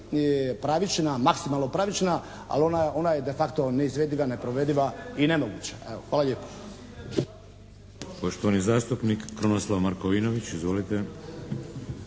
pravična, maksimalno pravična ali ona je de facto neizvediva, neprovediva i nemoguća. Evo hvala lijepo. **Šeks, Vladimir (HDZ)** Poštovani zastupnik Krunoslav Markovinović. Izvolite.